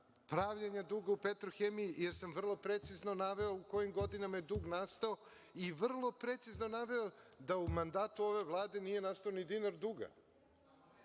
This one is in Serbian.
pravljenja duga u „Petrohemiji“, jer sam vrlo precizno naveo u kojim godinama je dug nastao i vrlo precizno naveo da u mandatu ove Vlade nije nastao ni dinar duga